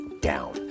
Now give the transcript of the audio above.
down